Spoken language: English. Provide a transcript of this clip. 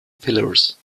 pillars